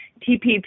TPP